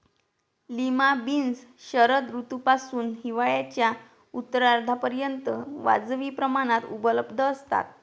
lima beans शरद ऋतूपासून हिवाळ्याच्या उत्तरार्धापर्यंत वाजवी प्रमाणात उपलब्ध असतात